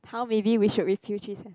how maybe we should repeal three